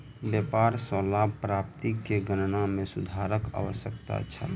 व्यापार सॅ लाभ प्राप्ति के गणना में सुधारक आवश्यकता छल